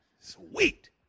Sweet